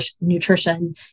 nutrition